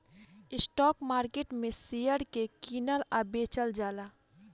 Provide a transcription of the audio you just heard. stock market में share के कीनल आ बेचल जाला